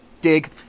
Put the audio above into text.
dig